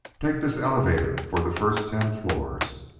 take this elevator for the first ten floors.